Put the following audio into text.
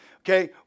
Okay